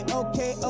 okay